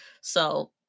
So-